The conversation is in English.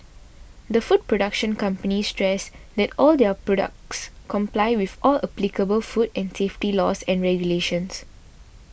the food production company stressed that all their products comply with all applicable food and safety laws and regulations